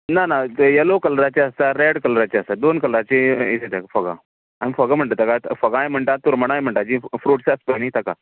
ना ना ते येलो कलराचे आसता रेड कलाराचे आसता दोन कलराचें हें येता फोगां आमी फोगां म्हणटा ताका फोगांय म्हणटात तुरमणाय म्हणटात जीं फ्रुट्स आसता पळय नी ताका